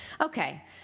Okay